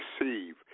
receive